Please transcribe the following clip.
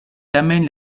tamen